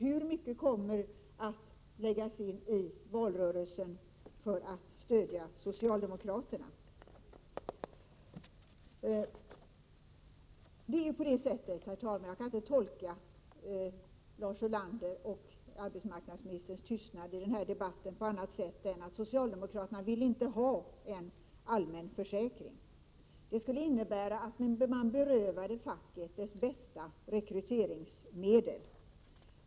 Hur mycket kommer att läggas in i valrörelsen för att stödja socialdemokraterna? Jag kan inte tolka det Lars Ulander säger och tystnaden från arbetsmarknadsministern på annat sätt än att socialdemokraterna inte vill ha en allmän försäkring. Det skulle ju innebära att man berövade facket dess bästa rekryteringsmedel.